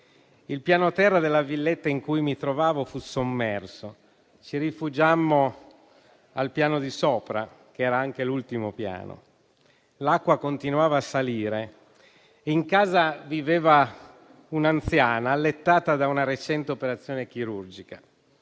Il piano terra della villetta in cui mi trovavo fu sommerso; ci rifugiammo al piano di sopra, che era anche l'ultimo piano. L'acqua continuava a salire e in casa viveva un'anziana, allettata da una recente operazione chirurgica.